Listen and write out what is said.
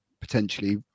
potentially